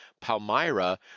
Palmyra